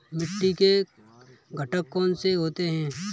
मिट्टी के घटक कौन से होते हैं?